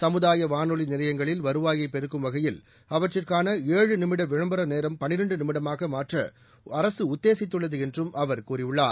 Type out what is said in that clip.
சமுதாய வானொலி நிலையங்களில் வருவாயை பெருக்கும் வகையில் அவற்றுக்கான ஏழு நிமிட விளம்பர நேரம் பன்னிரெண்டு நிமிடமாக மாற்றஅரசு உத்தேசித்துள்ளது என்றும் அவர் கூறினார்